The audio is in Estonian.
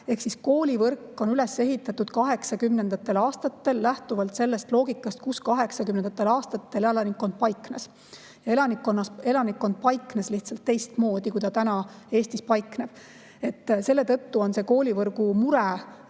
Ehk siis koolivõrk on üles ehitatud 1980. aastatel lähtuvalt sellest loogikast, kus 1980-ndatel elanikkond paiknes. Elanikkond paiknes lihtsalt teistmoodi, kui see praegu Eestis paikneb. Selle tõttu on koolivõrgu mure